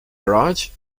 garage